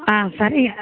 ஆ சரிங்க